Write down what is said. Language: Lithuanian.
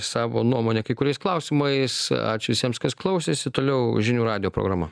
savo nuomonę kai kuriais klausimais ačiū visiems kas klausėsi toliau žinių radijo programa